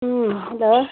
ꯎꯝ hello